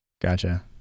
Gotcha